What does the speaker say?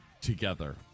together